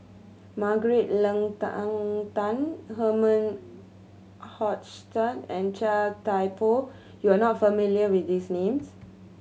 Margaret Leng Tan Herman Hochstadt and Chia Thye Poh you are not familiar with these names